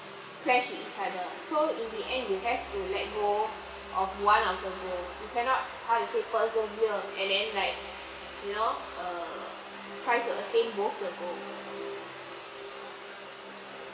clash with each other so in the end you have to let go of one of the goal you cannot how to say persevere and then like you know err try to attain both the goal